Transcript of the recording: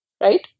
right